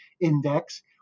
index